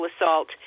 assault